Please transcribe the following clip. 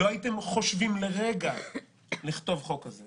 לא הייתם חושבים לרגע לכתוב חוק כזה